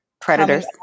Predators